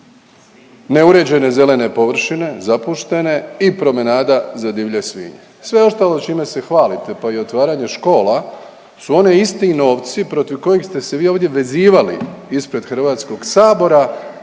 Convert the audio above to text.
neuređene zelene površine, zapuštene i promenada za divlje svinje. Sve ostalo čime se hvalite pa i otvaranje škola su oni isti novci protiv kojih ste se vi ovdje vezivali ispred Hrvatskog sabora